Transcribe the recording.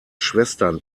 schwestern